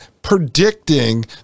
predicting